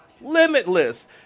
limitless